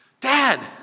Dad